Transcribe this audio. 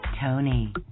Tony